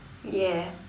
yes